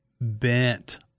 bent